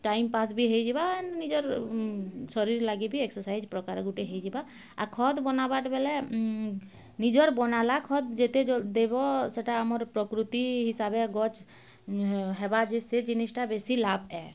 timepass ବି ହେଇଯିବା ନିଜର ଶରୀର ଲାଗି ବି ଏକ୍ସରସାଇଜ୍ ପ୍ରକାର ଗୋଟେ ହେଇଯିବା ଆଉ ଖତ୍ ବନାବାର୍ ବେଲେ ନିଜର ବନାଲା ଖତ୍ ଯେତେ ଯ ଦେବ ସେଇଟା ଆମର ପ୍ରକୃତି ହିସାବେ ଗଛ ହେବା ଯେ ସେ ଜିନିଷ ଟା ଲାଭ ଏ